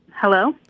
Hello